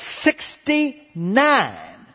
sixty-nine